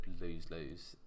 lose-lose